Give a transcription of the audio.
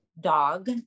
dog